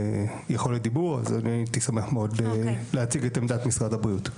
יכולת דיבור אז הייתי שמח מאוד להציג את עמדת משרד הבריאות.